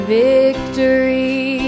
victory